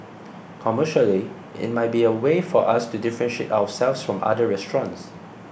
commercially it might be a way for us to differentiate ourselves from other restaurants